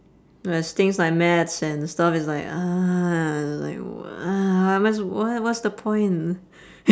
whereas things like math and stuff is like like wha~ I'm just wha~ what's the point